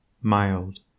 mild